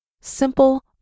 simple